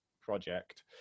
project